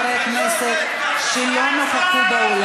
זה לא עובד ככה.